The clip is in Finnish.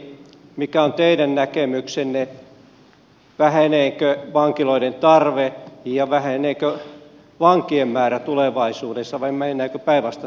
arvoisa oikeusministeri mikä on teidän näkemyksenne väheneekö vankiloiden tarve ja väheneekö vankien määrä tulevaisuudessa vai mennäänkö päinvastaiseen suuntaan